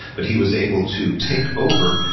but he was able to take over,